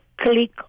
Click